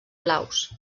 blaus